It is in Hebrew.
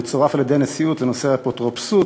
והוא צורף על-ידי הנשיאות לנושא האפוטרופסות,